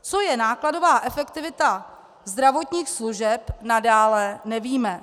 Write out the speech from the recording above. Co je nákladová efektivita zdravotních služeb, nadále nevíme.